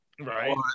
right